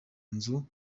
nzu